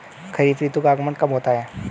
खरीफ ऋतु का आगमन कब होता है?